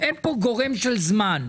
אין פה גורם של זמן,